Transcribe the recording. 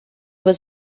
was